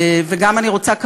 ואני רוצה גם,